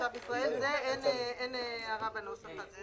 לזה אין הערה בנוסח.